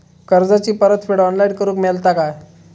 कर्जाची परत फेड ऑनलाइन करूक मेलता काय?